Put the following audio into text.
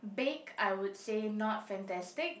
bake I would say not fantastic